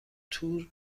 تور